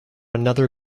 another